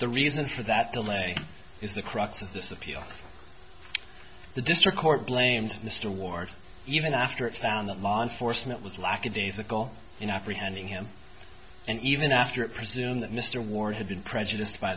the reason for that delay is the crux of this appeal the district court blamed mr ward even after it found that law enforcement was lackadaisical in apre handing him and even after it presume that mr ward had been prejudiced by